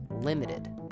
limited